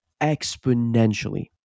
exponentially